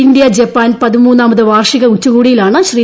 ഇന്തൃ Japan പതിമൂന്നാമത് വാർഷിക ഉച്ചകോടിയിലാണ് ശ്രീ